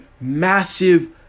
massive